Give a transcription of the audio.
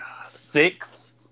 six